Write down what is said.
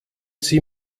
sie